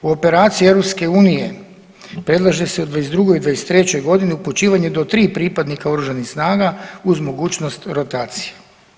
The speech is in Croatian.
U operaciji EU predlaže se u '22. i '23.g. upućivanje do tri pripadnika oružanih snaga uz mogućnost rotacije.